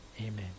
Amen